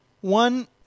one